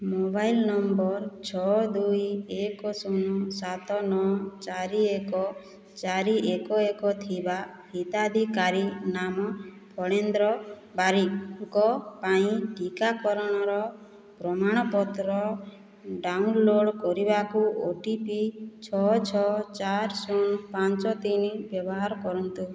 mobile ନମ୍ବର ଛଅ ଦୁଇ ଏକ ଶୂନ ସାତ ନଅ ଚାରି ଏକ ଚାରି ଏକ ଏକ ଥିବା ହିତାଧିକାରୀ ନାମ ଫଣେନ୍ଦ୍ର ବାରିକଙ୍କ ପାଇଁ ଟିକାକରଣର ପ୍ରମାଣପତ୍ର ଡାଉନଲୋଡ଼୍ କରିବାକୁ ଓ ଟି ପି ଛଅ ଛଅ ଚାର ଶୂନ ପାଞ୍ଚ ତିନି ବ୍ୟବହାର କରନ୍ତୁ